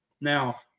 Now